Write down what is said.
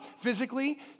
physically